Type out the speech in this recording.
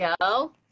go